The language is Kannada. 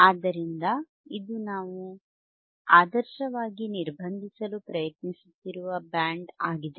ಆದ್ದರಿಂದ ಇದು ನಾವು ಆದರ್ಶವಾಗಿ ನಿರ್ಬಂಧಿಸಲು ಪ್ರಯತ್ನಿಸುತ್ತಿರುವ ಬ್ಯಾಂಡ್ ಆಗಿದೆ